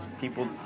People